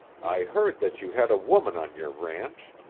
i heard that you had a woman on your ranch,